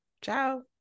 Ciao